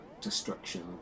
destruction